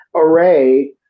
array